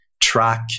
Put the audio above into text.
track